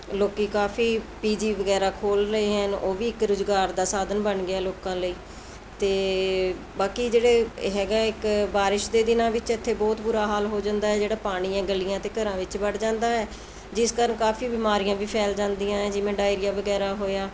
ਲੋਕ ਕਾਫ਼ੀ ਪੀਜੀ ਵਗੈਰਾ ਖੋਲ੍ਹ ਲਏ ਹਨ ਉਹ ਵੀ ਇੱਕ ਰੁਜ਼ਗਾਰ ਦਾ ਸਾਧਨ ਬਣ ਗਿਆ ਲੋਕਾਂ ਲਈ ਅਤੇ ਬਾਕੀ ਜਿਹੜੇ ਹੈਗਾ ਇੱਕ ਬਾਰਿਸ਼ ਦੇ ਦਿਨਾਂ ਵਿੱਚ ਇੱਥੇ ਬਹੁਤ ਬੁਰਾ ਹਾਲ ਹੋ ਜਾਂਦਾ ਹੈ ਜਿਹੜਾ ਪਾਣੀ ਹੈ ਗਲੀਆਂ ਅਤੇ ਘਰਾਂ ਵਿੱਚ ਵੜ ਜਾਂਦਾ ਹੈ ਜਿਸ ਕਾਰਨ ਕਾਫ਼ੀ ਬਿਮਾਰੀਆਂ ਵੀ ਫੈਲ ਜਾਂਦੀਆਂ ਹੈ ਜਿਵੇਂ ਡਾਇਰੀਆ ਵਗੈਰਾ ਹੋਇਆ